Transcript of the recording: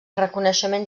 reconeixement